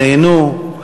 נהנו,